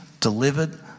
delivered